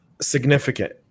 significant